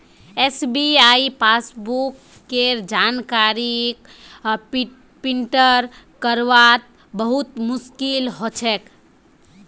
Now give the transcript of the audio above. SBI passbook केर जानकारी क प्रिंट करवात बहुत मुस्कील हो छे